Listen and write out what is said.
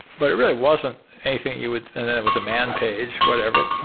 but it really wasn't anything you would then it was a man page, whatever.